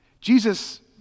Jesus